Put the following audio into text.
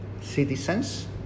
citizens